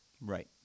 right